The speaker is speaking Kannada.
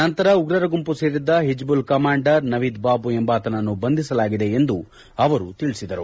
ನಂತರ ಉಗ್ರರ ಗುಂಪು ಸೇರಿದ್ದ ಹಿದ್ದುಲ್ ಕಮಾಂಡರ್ ನವೀದ್ಬಾಬು ಎಂಬಾತನನ್ನು ಬಂಧಿಸಲಾಗಿದೆ ಎಂದು ಸಹ ಅವರು ತಿಳಿಸಿದರು